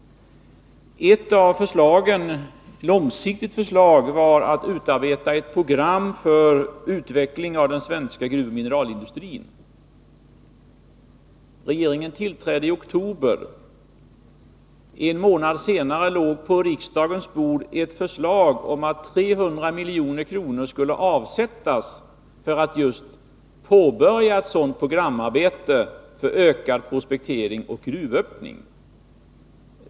Ett långsiktigt förslag var kravet på ett program för utveckling av den svenska gruvoch mineralindustrin. Regeringen tillträdde i oktober. En månad senare låg på riksdagens bord ett förslag om att 300 miljoner skulle avsättas för att påbörja ett sådant programarbete för ökad prospektering och gruvöppning.